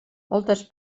moltes